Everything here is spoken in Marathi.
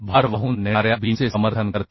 भार वाहून नेणाऱ्या बीमचे समर्थन करते